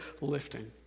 lifting